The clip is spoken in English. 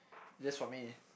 just for me